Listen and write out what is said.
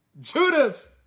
Judas